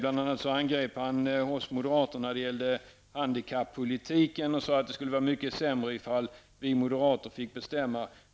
Han angrep bl.a. oss moderater när det gäller handikappolitiken och sade att det skulle vara mycket sämre om vi moderater fick bestämma.